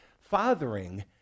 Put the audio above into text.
fathering